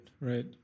right